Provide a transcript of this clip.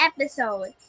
episode